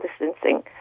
distancing